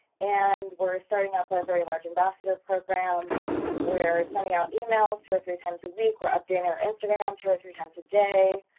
and we're starting up a very large ambassador program we're sending out emails two or three times a week, we're updating our instagram two or three times a day.